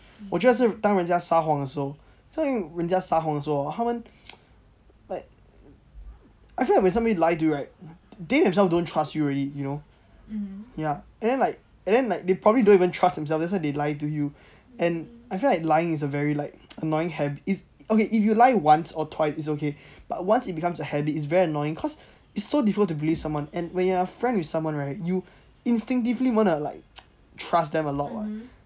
我觉得是当人家撒谎的时候 so 当人家撒谎的时候他们 like I feel like when somebody lie to you right they themselves don't trust you already you know ya and then like they probably don't even trust themselves that's why they lie to you and I feel like lying is a very like annoying habit it's okay if you lie once or twice it's okay but once it becomes a habit it's very annoying cause it's so different to believe someone and when you are friend with someone right you instinctively wanna like trust them a lot what